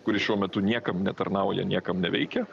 kuris šiuo metu niekam netarnauja niekam neveikia